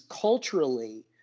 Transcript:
culturally